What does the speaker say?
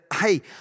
hey